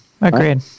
Agreed